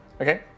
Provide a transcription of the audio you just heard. Okay